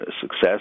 success